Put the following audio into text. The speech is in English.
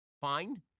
fine